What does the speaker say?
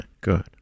Good